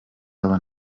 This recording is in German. aber